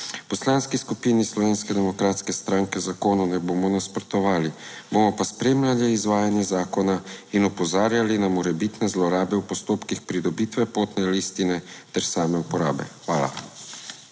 Poslanski skupini Slovenske demokratske stranke zakonu ne bomo nasprotovali, bomo pa spremljali izvajanje zakona in opozarjali na morebitne zlorabe v postopkih pridobitve potne listine ter same uporabe. Hvala.